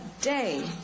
day